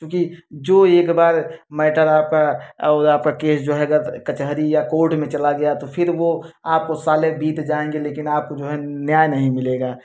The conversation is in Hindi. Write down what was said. क्योंकि जो एक बार मैटर आपका और आपका केस जो है अगर कचहरी या कोर्ट में चला गया तो फिर वो आपको सालें बीत जाएँगे लेकिन आपको जो है न्याय नहीं मिलेगा